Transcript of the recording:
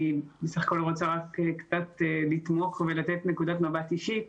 בסך הכל רק רוצה קצת לתמוך ולתת נקודת מבט אישית.